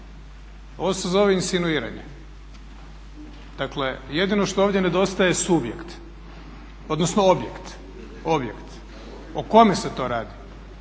Ovo se zove insinuiranje. Dakle, jedino što ovdje nedostaje je subjekt, odnosno objekt o kome se to radi.